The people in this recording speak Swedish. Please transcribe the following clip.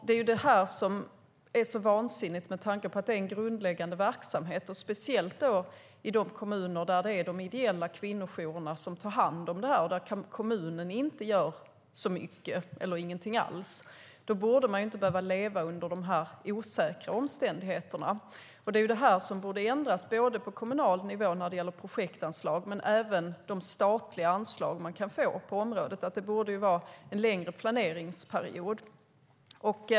Det här är vansinnigt, med tanke på att det är en grundläggande verksamhet, speciellt i de kommuner där det är de ideella kvinnojourerna som tar hand om det här och där kommunen inte gör så mycket eller inte gör något alls. Då borde man inte behöva leva under de här osäkra omständigheterna. Det är det här som borde ändras, både på kommunal nivå när det gäller projektanslag och på statlig nivå när det gäller de anslag man kan få på området. Det borde vara en längre planeringsperiod.